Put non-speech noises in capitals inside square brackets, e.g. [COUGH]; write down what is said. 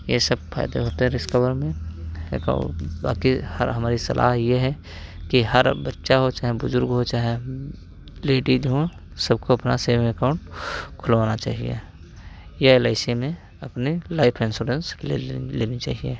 ये सब फ़ायदे होते है रिस्क कवर में [UNINTELLIGIBLE] बाकी हर हमारी सलाह ये है कि हर बच्चा हो चाहे बुज़ुर्ग हो चाहे लेडीज़ हों सबको अपना सेविंग एकाउंट खुलवाना चाहिए ये एल आई सी में अपनी लाइफ़ एन्सोरेन्स ले लेन लेनी चाहिए